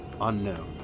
unknown